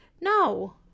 No